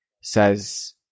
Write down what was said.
says